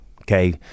Okay